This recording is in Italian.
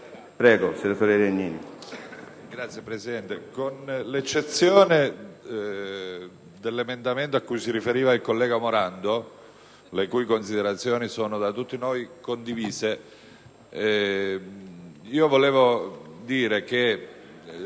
chiedo, signor Presidente,